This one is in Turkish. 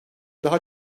daha